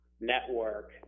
network